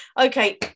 Okay